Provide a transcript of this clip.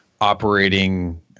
operating